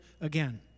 again